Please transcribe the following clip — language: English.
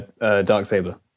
Darksaber